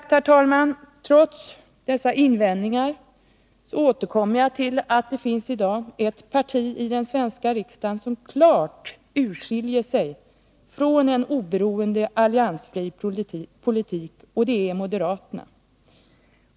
Trots dessa invändningar finns det i dag ett parti i den svenska riksdagen som klart urskiljer sig från en oberoende alliansfri politik, och det är Nr 31 moderaterna.